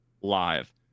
live